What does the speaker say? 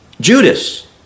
Judas